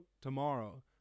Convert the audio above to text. tomorrow